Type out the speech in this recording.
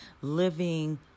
living